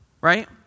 right